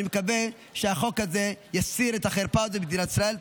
אני מקווה שהחוק הזה יסיר את החרפה הזאת במדינת ישראל.